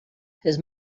his